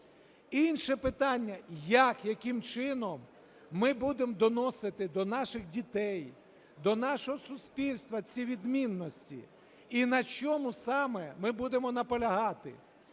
Інше питання: як, яким чином ми будемо доносити до наших дітей, до нашого суспільства ці відмінності і на чому саме ми будемо наполягати?